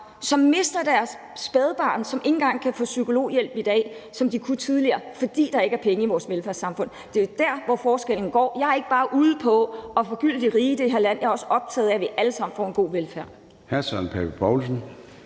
som mister deres spædbarn og ikke engang kan få psykologhjælp i dag, sådan som de kunne tidligere, fordi der ikke er penge i vores velfærdssamfund. Det er jo der, forskellen er. Jeg er ikke bare ude på at forgylde de rige i det her land; jeg er også optaget af, at vi alle sammen får en god velfærd.